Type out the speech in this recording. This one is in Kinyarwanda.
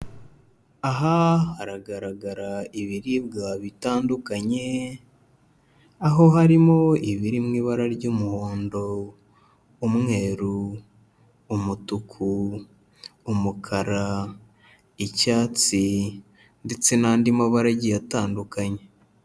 Aha haragaragara ibiribwa bitandukanye, aho harimo ibiri mu ibara ry'umuhondo, umweru, umutuku, umukara, icyatsi ndetse n'andi mabara agiye atandukanye.